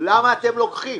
אתם לוקחים?